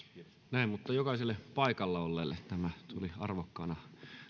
mutta jokaiselle paikalla olleelle tämä tuli arvokkaana